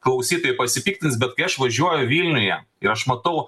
klausytojai pasipiktins bet kai aš važiuoju vilniuje ir aš matau